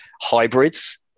hybrids